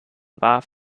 war